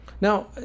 now